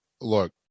look